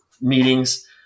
meetings